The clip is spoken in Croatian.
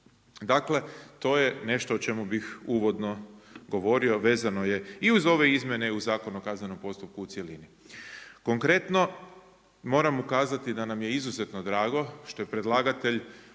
Dakle, to je nešto o čemu bih uvodno govorio. Vezano je i uz ove izmjene i uz Zakon o kaznenom postupku u cjelini. Konkretno moram ukazati da nam je izuzetno drago što je predlagatelj